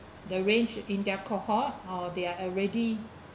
the range in their cohort or they are already